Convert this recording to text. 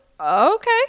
okay